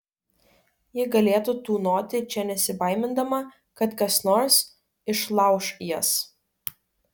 ji galėtų tūnoti čia nesibaimindama kad kas nors išlauš jas